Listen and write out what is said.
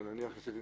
אבל נניח שחישבתי